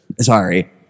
Sorry